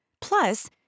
Plus